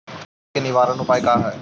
सुंडी के निवारक उपाय का हई?